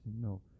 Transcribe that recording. No